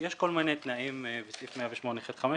יש כל מיני תנאים בסעיף 108ח(5),